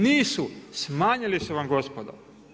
Nisu, smanjili su vam gospodo.